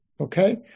Okay